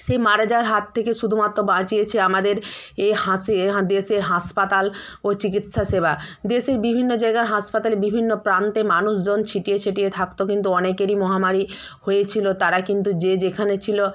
সেই মারা যাওয়ার হাত থেকে শুধুমাত্র বাঁচিয়েছে আমাদের এ হাসে এ দেশের হাসপাতাল ও চিকিৎসা সেবা দেশের বিভিন্ন জাগার হাসপাতাল বিভিন্ন প্রান্তে মানুষজন ছিটিয়ে ছিটিয়ে থাকত কিন্তু অনেকেরই মহামারী হয়েছিলো তারা কিন্তু যে যেখানে ছিলো